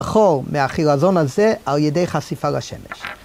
חור מהחילזון הזה, ‫על ידי חשיפה לשמש.